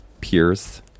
Peers